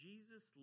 Jesus